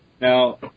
Now